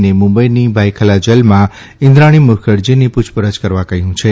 ને મુંબઇની ભાયખલા જેલમાં ઇન્દ્રાણી મુખર્જીની પૂછ રછ કરવા કહ્યું છે